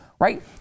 Right